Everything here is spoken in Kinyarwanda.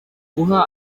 guha